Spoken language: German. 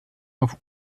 auf